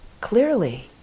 clearly